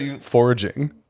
foraging